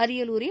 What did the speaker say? அரியலூரில்